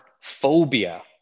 phobia